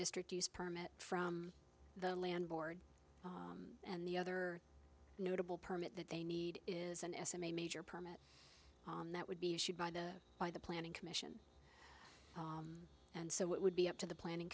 district use permit from the landlord and the other notable permit that they need is an estimate major permit that would be issued by the by the planning commission and so it would be up to the planning